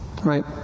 Right